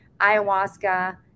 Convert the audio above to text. ayahuasca